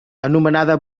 anomenada